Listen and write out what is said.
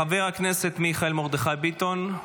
חבר הכנסת מיכאל מרדכי ביטון,